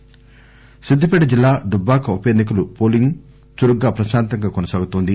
Dubbaka polling Siddipet జిల్లా దుబ్బాక ఉప ఎన్నికల పోలింగ్ చురుగ్గా ప్రశాంతంగా కొనసాగుతోంది